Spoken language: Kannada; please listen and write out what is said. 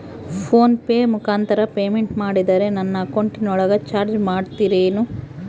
ಫೋನ್ ಪೆ ಮುಖಾಂತರ ಪೇಮೆಂಟ್ ಮಾಡಿದರೆ ನನ್ನ ಅಕೌಂಟಿನೊಳಗ ಚಾರ್ಜ್ ಮಾಡ್ತಿರೇನು?